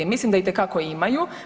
Mislim da itekako imaju.